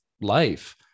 life